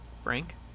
Frank